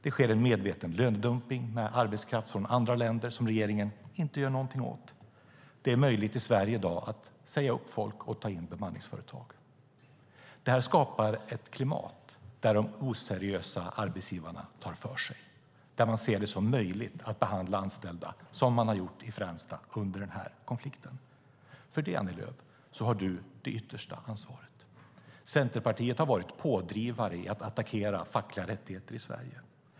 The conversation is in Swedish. Det sker en medveten lönedumpning med arbetskraft från andra länder som regeringen inte gör någonting åt. Det är möjligt i Sverige i dag att säga upp folk och ta in bemanningsföretag. Det här skapar ett klimat där de oseriösa arbetsgivarna tar för sig, där man ser det som möjligt att behandla anställda som man har gjort i Fränsta under denna konflikt. För det har du, Annie Lööf, det yttersta ansvaret. Centerpartiet har varit pådrivare i att attackera fackliga rättigheter i Sverige.